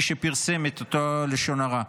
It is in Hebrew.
מי שפרסם את אותו לשון הרע.